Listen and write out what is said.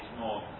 more